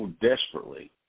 desperately